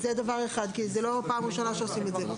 זאת לא פעם ראשונה שעושים את זה.